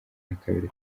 nakabiri